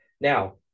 Now